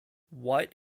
white